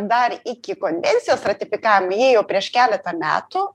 dar iki konvencijos ratifikavimo jie jau prieš keletą metų